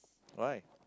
why